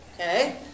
Okay